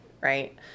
right